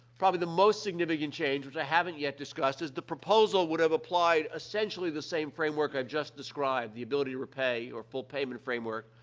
probably the most significant change, which i haven't yet discussed, is, the proposal would have applied essentially the same framework i've just described, the ability to repay or full payment framework,